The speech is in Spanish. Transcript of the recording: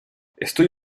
estoy